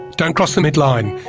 don't cross the mid-line,